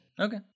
Okay